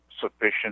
sufficient